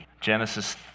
Genesis